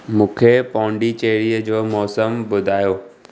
मुखे पुदुचेरी जो मौसमु ॿुधायो